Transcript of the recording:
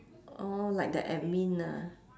orh like the admin ah